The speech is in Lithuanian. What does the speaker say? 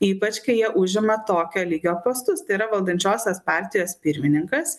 ypač kai jie užima tokio lygio postus tai yra valdančiosios partijos pirmininkas